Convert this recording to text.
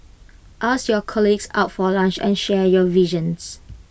ask your colleagues out for lunch and share your visions